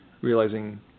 realizing